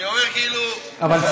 אני אומר, כאילו, תעדכנו אותי.